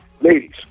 ladies